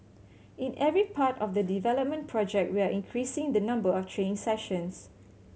in every part of the development project we are increasing the number of training sessions